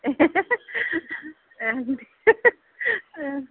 ए